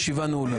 הישיבה נעולה.